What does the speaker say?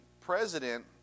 president